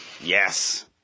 Yes